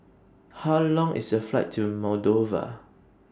How Long IS The Flight to Moldova